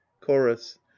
chorus